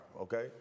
okay